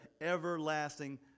everlasting